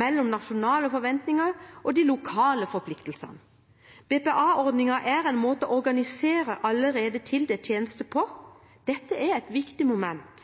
mellom nasjonale forventninger og de lokale forpliktelsene. BPA-ordningen er en måte å organisere allerede tildelt tjeneste på. Det er et viktig moment.